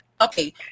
Okay